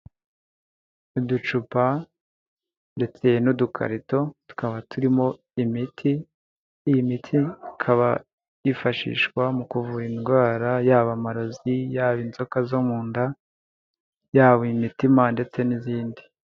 Uducupa ndetse n'udukarito tukaba turimo imiti. Iyi miti ikaba yifashishwa mu kuvura indwara yaba amarozi ,,yaba inzoka zo mu nda yabo imitima ndetse n'izindi.